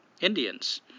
Indians